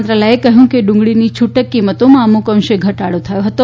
મંત્રાલયે કહ્યું કે ડુંગળીની છૂટક કિંમતોમાં અમુક અંશે ઘટાડો થયો હતો